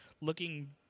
Looking